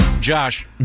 Josh